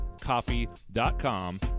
coffee.com